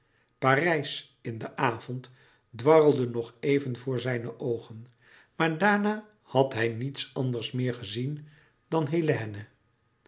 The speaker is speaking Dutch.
parijs in den avond dwarrelde nog even voor zijne oogen maar daarna had hij niets anders meer gezien dan hélène